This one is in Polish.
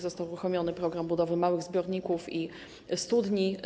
Został uruchomiony program budowy małych zbiorników i studni.